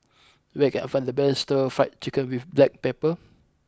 where can I find the best Stir Fried Chicken with black pepper